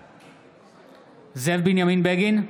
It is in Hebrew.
בעד זאב בנימין בגין,